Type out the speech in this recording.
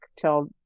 till